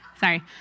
sorry